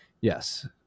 yes